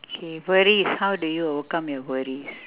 okay worries how do you overcome your worries